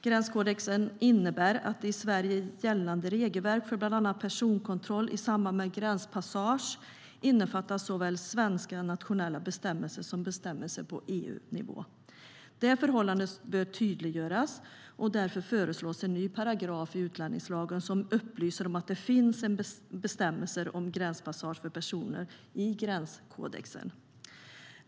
Gränskodexen innebär att det i Sverige gällande regelverket för bland annat personkontroll i samband med gränspassage innefattar såväl svenska nationella bestämmelser som bestämmelser på EU-nivå. Det förhållandet bör tydliggöras. Därför föreslås en ny paragraf i utlänningslagen som upplyser om att det finns bestämmelser om gränspassage för personer i gränskodexen.